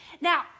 Now